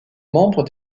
membres